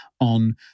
on